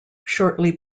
shortly